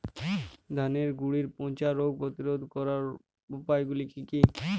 ধানের গুড়ি পচা রোগ প্রতিরোধ করার উপায়গুলি কি কি?